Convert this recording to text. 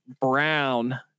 Brown